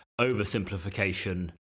oversimplification